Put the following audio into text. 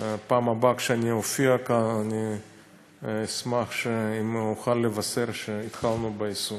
בפעם הבאה כשאני אופיע כאן אני אשמח אם אוכל לבשר שהתחלנו ביישום.